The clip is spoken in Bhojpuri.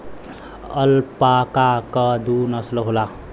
अल्पाका क दू नसल होला